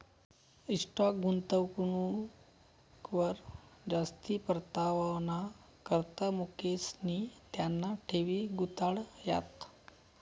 stock गुंतवणूकवर जास्ती परतावाना करता मुकेशनी त्याना ठेवी गुताड्यात